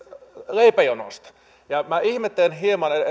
leipäjonosta ja minä ihmettelen hieman